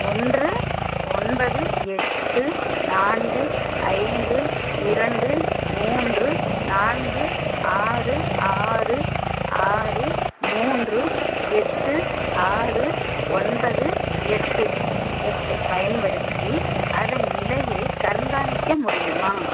ஒன்று ஒன்பது எட்டு நான்கு ஐந்து இரண்டு மூன்று நான்கு ஆறு ஆறு ஆறு மூன்று எட்டு ஆறு ஒன்பது எட்டு எட்டைப் பயன்படுத்தி அதன் நிலையைக் கண்காணிக்க முடியுமா